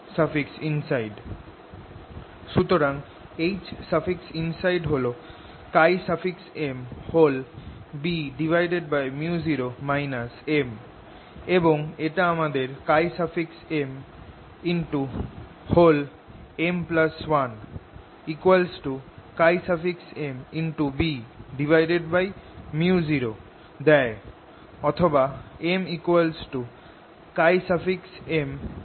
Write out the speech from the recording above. সুতরাং Hinside হল MBµ0 M এবং এটা আমাদের MM1 MBµ0 দেয় অথবা MMM1Bµ0